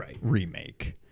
remake